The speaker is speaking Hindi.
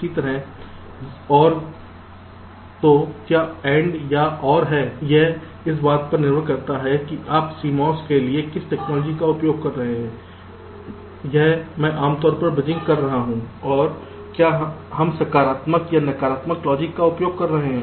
इसी तरह OR तो क्या यह AND या OR है यह इस बात पर निर्भर करता है कि आप CMOS के लिए किस टेक्नोलोजी का उपयोग कर रहे हैं यह मैं आमतौर पर ब्रिजिंग कर रहा हूं और क्या हम सकारात्मक या नकारात्मक लॉजिक का उपयोग कर रहे हैं